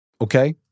Okay